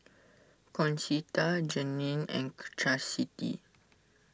Concetta Janene and Chastity